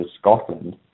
Scotland